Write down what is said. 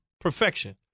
perfection